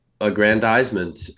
aggrandizement